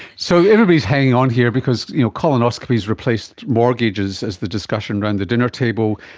so everybody is hanging on here because you know colonoscopies replaced mortgages as the discussion around the dinner table.